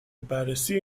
بررسی